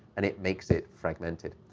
and it makes it fragmented.